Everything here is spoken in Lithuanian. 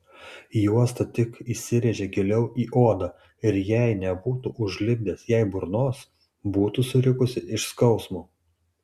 juosta tik įsirėžė giliau į odą ir jei nebūtų užlipdęs jai burnos būtų surikusi iš skausmo